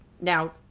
now